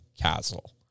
Castle